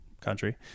country